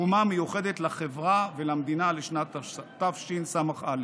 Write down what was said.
תרומה מיוחדת לחברה ולמדינה לשנת תשס"א".